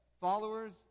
followers